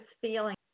feeling